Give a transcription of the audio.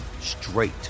straight